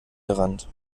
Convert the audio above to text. gerannt